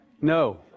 No